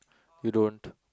you don't